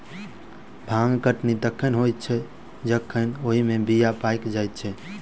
भांग कटनी तखन होइत छै जखन ओहि मे बीया पाइक जाइत छै